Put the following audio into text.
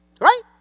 Right